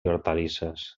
hortalisses